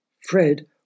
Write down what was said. Fred